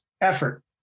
effort